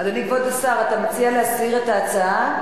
אדוני כבוד השר, אתה מציע להסיר את ההצעה?